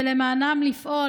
ולמענם לפעול.